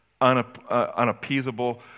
unappeasable